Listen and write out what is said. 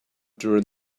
during